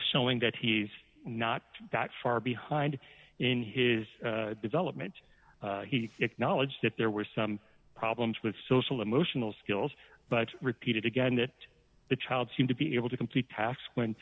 showing that he's not that far behind in his development he acknowledged that there were some problems with social emotional skills but repeated again that the child seemed to be able to complete task